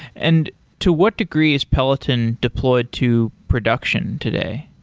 and to what degree is peloton deployed to production today?